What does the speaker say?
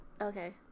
Okay